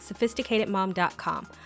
SophisticatedMom.com